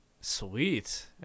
Sweet